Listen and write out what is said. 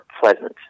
pleasant